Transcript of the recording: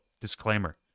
disclaimer